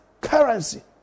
currency